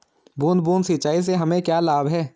बूंद बूंद सिंचाई से हमें क्या लाभ है?